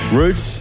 roots